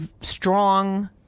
strong